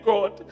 God